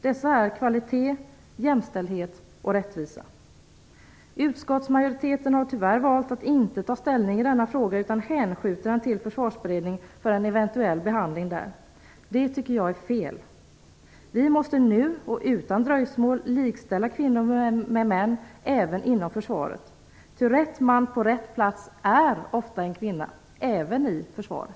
Dessa är kvalitet, jämställdhet och rättvisa. Utskottsmajoriteten har tyvärr valt att inte ta ställning i denna fråga, utan hänskjuter den till Försvarsberedningen för en eventuell behandling där. Det tycker jag är fel. Vi måste utan dröjsmål likställa kvinnor med män även inom försvaret. Rätt man på rätt plats är ofta en kvinna - även i försvaret!